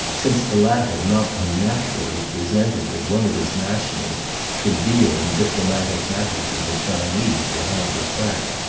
since the latter not unnaturally resented that one of his nationals should deal in diplomatic matters with the chinese behind his back.